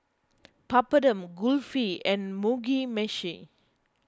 Papadum Kulfi and Mugi Meshi